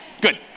Good